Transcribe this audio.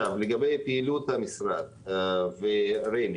אני אתחיל ברשותכם מפעילות המשרד ורמ"י